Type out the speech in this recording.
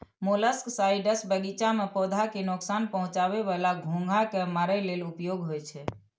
molluscicides बगीचा मे पौधा कें नोकसान पहुंचाबै बला घोंघा कें मारै लेल उपयोग होइ छै